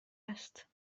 است